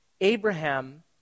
Abraham